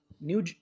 New